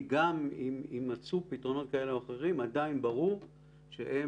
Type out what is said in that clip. גם אם יימצאו פתרונות כאלה ואחרים עדיין ברור שהן